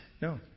no